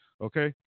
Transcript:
Okay